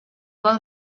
van